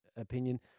opinion